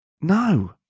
No